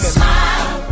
smile